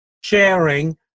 sharing